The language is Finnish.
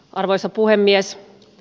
arvoisa puhemies